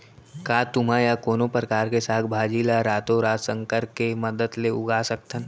का तुमा या कोनो परकार के साग भाजी ला रातोरात संकर के मदद ले उगा सकथन?